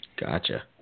Gotcha